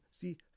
See